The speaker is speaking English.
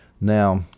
now